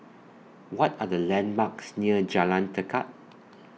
What Are The landmarks near Jalan Tekad